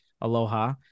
Aloha